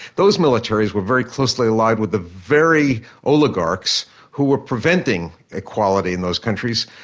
those militaries were very closely allied with the very oligarchs who were preventing equality in those countries,